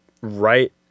right